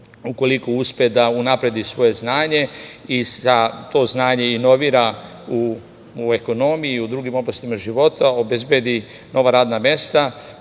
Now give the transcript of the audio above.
ukoliko uspe da unapredi svoje znanje i to znanje inovira u ekonomiju i drugim oblastima života, obezbedi nova radna mesta.